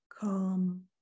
calm